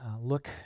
look